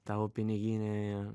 tavo piniginė